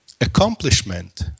accomplishment